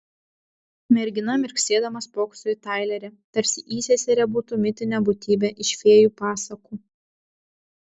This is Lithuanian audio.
mergina mirksėdama spokso į tailerį tarsi įseserė būtų mitinė būtybė iš fėjų pasakų